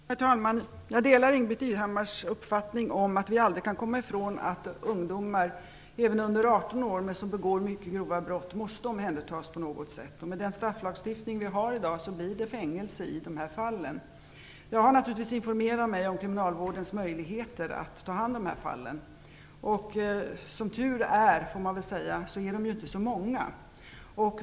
Herr talman! Jag delar Ingbritt Irhammars uppfattning om att vi aldrig kan komma ifrån att ungdomar även under 18 år som begår grova brott måste omhändertas på något sätt. Med den strafflagstiftning som vi i dag har blir det fråga om fängelse i dessa fall. Jag har naturligtvis informerat mig om kriminalvårdens möjligheter att ta hand om dessa fall. Som tur är, är de inte så många.